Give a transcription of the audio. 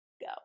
go